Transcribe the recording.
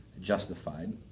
justified